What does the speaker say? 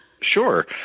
Sure